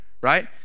right